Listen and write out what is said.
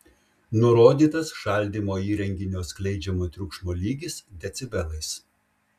nurodytas šaldymo įrenginio skleidžiamo triukšmo lygis decibelais